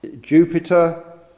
Jupiter